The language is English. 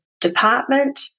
department